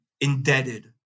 indebted